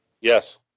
Yes